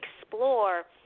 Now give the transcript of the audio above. explore